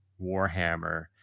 Warhammer